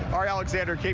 ari alexander,